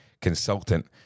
consultant